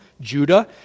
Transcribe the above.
Judah